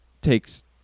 takes